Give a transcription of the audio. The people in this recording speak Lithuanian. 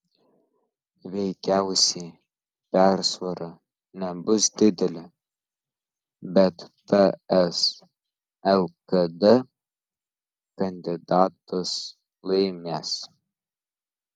veikiausiai persvara nebus didelė bet ts lkd kandidatas laimės